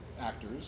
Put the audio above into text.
actors